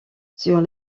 sur